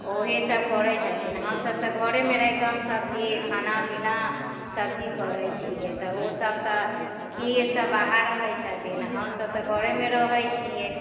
ओहे सभ करै छथिन हमसभ तऽ घरेमे रहि कऽ हम सभचीज खाना पीना सभचीज करै छियै तऽ ओ सभ तऽ के सभ बाहर रहै छथिन हमसभ तऽ घरेमे रहै छियै